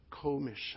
commission